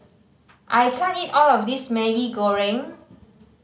I can't eat all of this Maggi Goreng